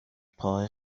پاهای